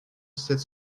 sept